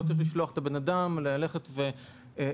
לא צריך לשלוח את הבן אדם לרדוף אחרי